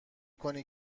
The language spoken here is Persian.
کنی